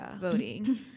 voting